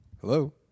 Hello